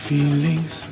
Feelings